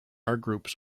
groups